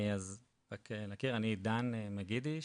אז רק להכיר, אני עידן מגידיש,